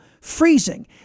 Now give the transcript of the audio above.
freezing